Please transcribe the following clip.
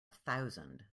thousand